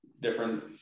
different